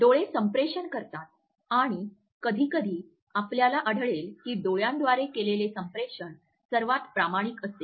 डोळे संप्रेषण करतात आणि कधीकधी आपल्याला आढळेल की डोळ्यांद्वारे केलेले संप्रेषण सर्वात प्रामाणिक असते